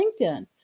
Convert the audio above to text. LinkedIn